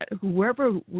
whoever